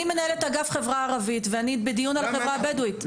אני מנהלת אגף החברה הערבית ואני בדיון על החברה הבדואית,